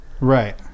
Right